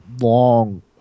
long